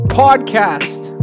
podcast